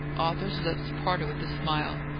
arthur's lips parted with a smile.